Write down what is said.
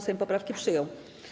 Sejm poprawki przyjął.